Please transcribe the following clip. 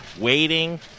waiting